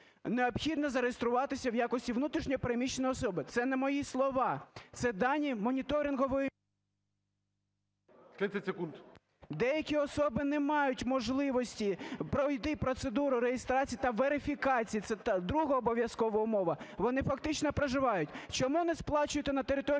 необхідно зареєструватися в якості внутрішньо переміщеної особи. Це не мої слова, це дані Моніторингової… ГОЛОВУЮЧИЙ. 30 секунд. ДОЛЖЕНКОВ О.В. Деякі особи не мають можливості пройти процедуру реєстрації та верифікації, це друга обов'язкова умова. Вони фактично проживають… Чому не сплачуєте на території